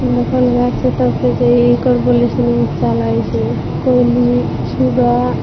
ई देखल गाछ से तऽ कहै छै एकर बोली सुनैमे अच्छा लागै छै कोयली सूगा